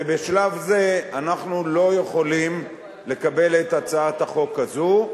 ובשלב זה אנחנו לא יכולים לקבל את הצעת החוק הזאת,